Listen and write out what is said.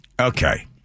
Okay